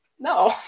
no